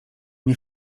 nie